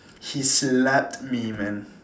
he slapped me man